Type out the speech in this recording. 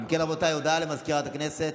אם כן, רבותיי, הודעה לסגנית מזכיר הכנסת.